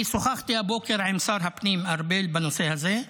אני שוחחתי הבוקר עם שר הפנים ארבל בנושא הזה,